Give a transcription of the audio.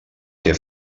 que